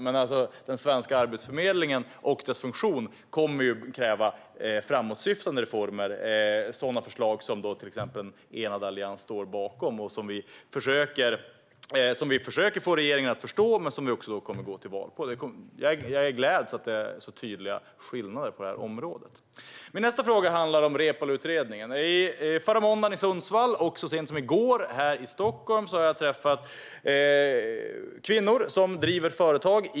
Men den svenska Arbetsförmedlingen och dess funktion kommer att kräva framåtsyftande reformer och sådana förslag som till exempel en enad allians står bakom och som vi försöker få regeringen att förstå men som vi också kommer att gå till val på. Jag gläds åt att det är så tydliga skillnader på det här området. Min nästa fråga handlar om Reepaluutredningen. Förra måndagen i Sundsvall och så sent som i går här i Stockholm har jag träffat kvinnor som driver företag.